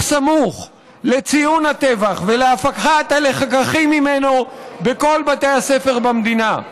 סמוך לציון הטבח ולהפקת הלקחים ממנו בכל בתי הספר במדינה.